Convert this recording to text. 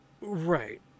Right